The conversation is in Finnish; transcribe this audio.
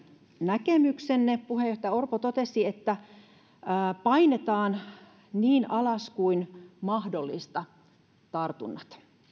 näkemyksenne puheenjohtaja orpo totesi että painetaan tartunnat niin alas kuin mahdollista